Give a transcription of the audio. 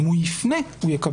אם הוא יפנה הוא יקבל.